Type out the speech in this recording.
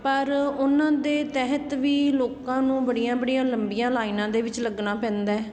ਪਰ ਉਹਨਾਂ ਦੇ ਤਹਿਤ ਵੀ ਲੋਕਾਂ ਨੂੰ ਬੜੀਆਂ ਬੜੀਆਂ ਲੰਬੀਆਂ ਲਾਈਨਾਂ ਦੇ ਵਿੱਚ ਲੱਗਣਾ ਪੈਂਦਾ